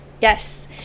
Yes